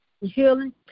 healing